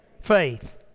Faith